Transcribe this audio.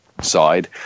side